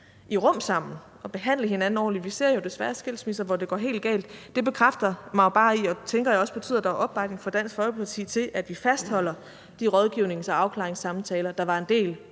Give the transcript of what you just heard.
i rum sammen og behandle hinanden ordentligt – vi ser jo desværre skilsmisser, hvor det går helt galt – bekræfter mig jo bare i, at det betyder, at der er opbakning fra Dansk Folkeparti til, at vi fastholder de rådgivnings- og afklaringssamtaler, der var en del af